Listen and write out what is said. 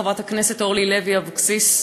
חברת הכנסת אורלי לוי אבקסיס,